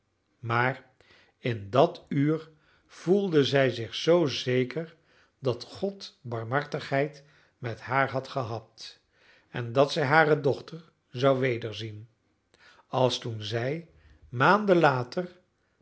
maar in dat uur voelde zij zich zoo zeker dat god barmhartigheid met haar had gehad en dat zij hare dochter zou wederzien als toen zij maanden later maar